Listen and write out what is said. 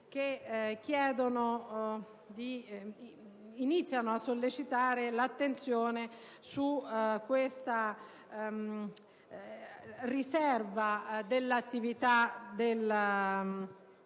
210 iniziano a sollecitare l'attenzione su questa riserva dell'attività dell'avvocato.